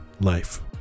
life